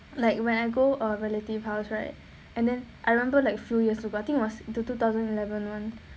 like when I go a relative house right and then I remember like few years ago I think it was the two thousand eleven one